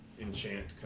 enchant